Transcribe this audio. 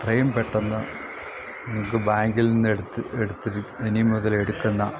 എത്രയും പെട്ടെന്ന് നിങ്ങള്ക്ക് ബാങ്കിൽനിന്ന് ഇനി മുതൽ എടുക്കുന്ന